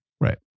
Right